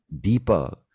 deeper